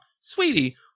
sweetie